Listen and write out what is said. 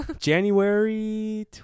January